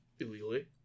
illegally